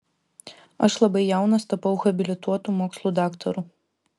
aš labai jaunas tapau habilituotu mokslų daktaru